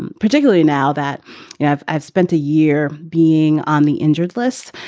and particularly now that you have i've spent a year being on the injured list.